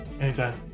anytime